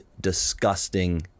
disgusting